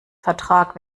vertrag